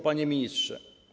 Panie Ministrze!